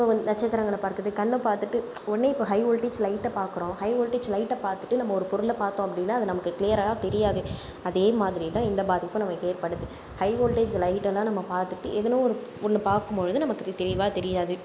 இப்பவந் நட்சத்திரங்களை பார்க்குது கண்ணை பார்த்துட்டு உடனே இப்போ ஹை ஓல்டேஜ் லைட்டை பார்க்குறோம் ஹை ஓல்டேஜ் லைட்டை பார்த்துட்டு நம்ம ஒரு பொருளை பார்த்தோம் அப்படினா நமக்கு கிளியராக தெரியாது அதே மாதிரி தான் இந்த பாதிப்பும் நமக்கு ஏற்படுது ஹை ஓல்டேஜ் லைட் எல்லாம் நம்ம பார்த்துட்டு ஏதனா ஒரு ஒன்றை பார்க்கும் பொழுது நமக்கு தெளிவாக தெரியாது